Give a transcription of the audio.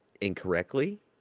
incorrectly